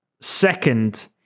Second